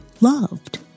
loved